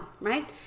right